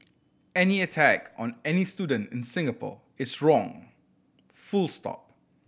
any attack on any student in Singapore is wrong full stop